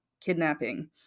kidnapping